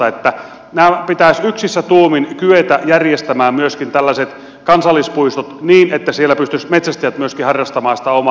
myöskin tällaiset kansallispuistot pitäisi yksissä tuumin kyetä järjestämään niin että siellä pystyisivät metsästäjät myöskin harrastamaan sitä omaa lajiaan